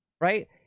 right